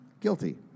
guilty